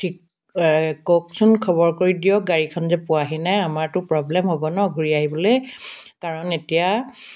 ঠিক কওকচোন খবৰ কৰি দিয়ক গাড়ীখন যে পোৱাহি নাই আমাৰতো প্ৰব্লেম হ'ব ন ঘূৰি আহিবলৈ কাৰণ এতিয়া